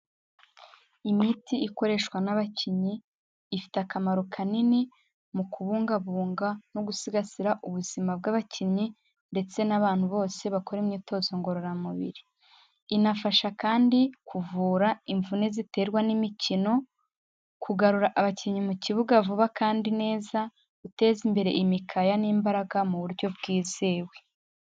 Imiti ikoreshwa n'abakinnyi, ifite akamaro kanini mu kubungabunga no gusigasira ubuzima bw'abakinnyi ndetse n'abantu bose bakora imyitozo ngororamubiri, inafasha kandi kuvura imvune ziterwa n'imikino, kugarura abakinnyi mu kibuga vuba kandi neza, guteza imbere imikaya n'imbaraga mu buryo bwizewe.